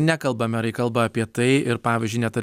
nekalba merai kalba apie tai ir pavyzdžiui net ir